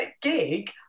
gig